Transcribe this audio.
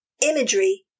Imagery